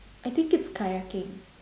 I think it's kayaking